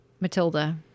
Matilda